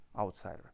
outsider